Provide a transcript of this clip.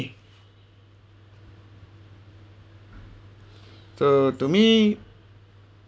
so to me